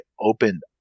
opened